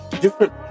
different